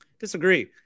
Disagree